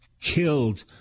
killed